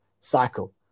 cycle